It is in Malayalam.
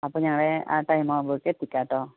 അപ്പോൾ ഞങ്ങൾ ആ ടൈം ആവുമ്പോഴേക്ക് എത്തിക്കാം കേട്ടോ